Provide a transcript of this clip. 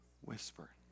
whisper